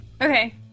Okay